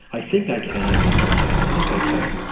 i think i can, i think i can, i think i can.